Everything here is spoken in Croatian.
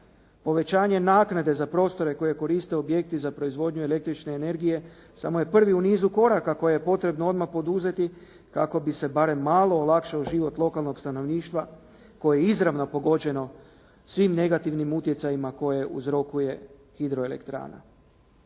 Povećanje naknade za prostore koje koriste objekti za proizvodnju električne energije samo je prvi u nizu koraka koje je potrebno odmah poduzeti kako bi se barem malo olakšao život lokalnog stanovništva koje je izravno pogođeno svim negativnim utjecajima koje uzrokuje hidroelektrana.